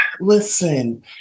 Listen